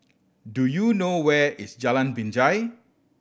do you know where is Jalan Binjai